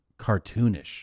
cartoonish